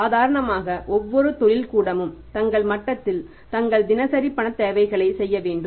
சாதாரணமாக ஒவ்வொரு தொழில்கூடமும் தங்கள் மட்டத்தில் தங்கள் தினசரி பணத் தேவைகளைச் செய்ய வேண்டும்